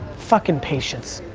fucking patience.